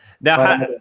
Now